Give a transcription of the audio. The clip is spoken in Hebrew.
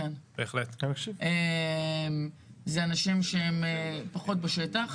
זה אנשים שהם פחות בשטח.